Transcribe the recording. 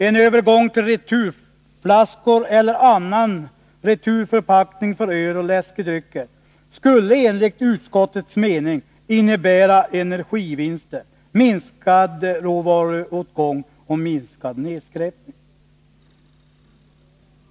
En övergång till returflaskor eller annan returförpackning för öl och läskedrycker skulle enligt utskottets mening innebära energivinster, minskad råvaruåtgång och minskad nedskräpning.